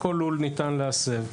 ניתן להסב.